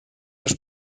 les